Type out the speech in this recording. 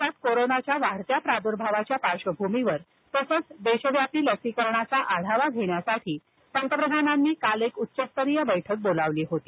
देशात कोरोनाच्या वाढत्या प्रादुर्भावाच्या पार्श्वभूमीवर तसंच देशव्यापी लसीकरणाचा आढावा घेण्यासाठी पंतप्रधानांनी काल एक उच्चस्तरीय बैठक बोलावली होती